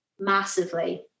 massively